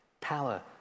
power